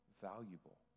valuable